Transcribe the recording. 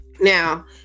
now